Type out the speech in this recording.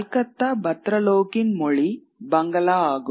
கல்கத்தா பத்ரலோக்கின் மொழி பங்களா ஆகும்